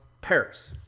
Paris